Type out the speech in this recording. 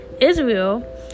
Israel